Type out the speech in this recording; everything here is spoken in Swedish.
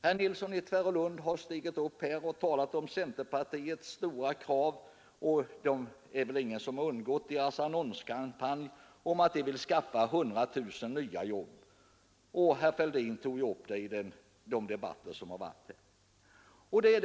Herr Nilsson i Tvärålund har stigit upp här och talat om centerpartiets stora krav. Det är väl ingen som har undgått att lägga märke till deras annonskampanj om att de vill skaffa 100 000 nya jobb. Herr Fälldin har också tagit upp detta i de allmänna debatter som har förevarit här.